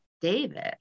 David